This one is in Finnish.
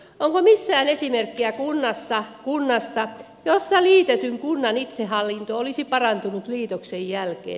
onko missään esimerkkiä kunnasta jossa liitetyn kunnan itsehallinto olisi parantunut liitoksen jälkeen